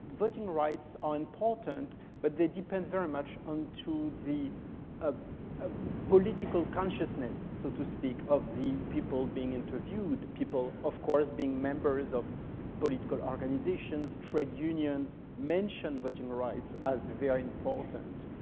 voting rights are important, but they depend very much onto the ah ah political consciousness, so to speak, of the people being interviewed. people, of course, being members of political organizations, trade unions, mentioned voting rights as very important.